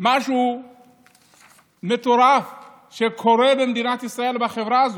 משהו מטורף שקורה במדינת ישראל, בחברה הזו,